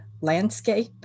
landscape